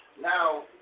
now